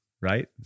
right